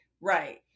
Right